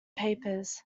papers